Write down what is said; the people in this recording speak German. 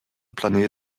planet